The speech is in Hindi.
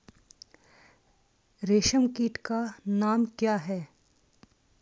रेशम कीट का नाम क्या है?